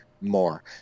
more